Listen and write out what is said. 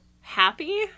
happy